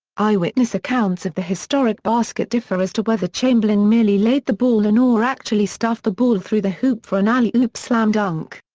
eyewitness accounts of the historic basket differ as to whether chamberlain merely laid the ball in or actually stuffed the ball through the hoop for an alley-oop slam dunk.